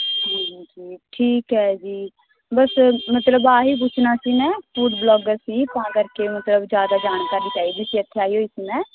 ਹਾਂਜੀ ਠੀਕ ਹੈ ਜੀ ਬਸ ਮਤਲਬ ਇਹੀ ਪੁੱਛਣਾ ਸੀ ਮੈਂ ਫ਼ੂਡ ਵਲੋਗਰ ਸੀ ਤਾਂ ਕਰਕੇ ਮਤਲਬ ਜ਼ਿਆਦਾ ਜਾਣਕਾਰੀ ਚਾਹੀਦੀ ਸੀ ਇੱਥੇ ਆਈ ਹੋਈ ਸੀ ਮੈਂ